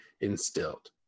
instilled